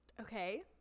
Okay